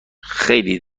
خیلی